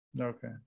Okay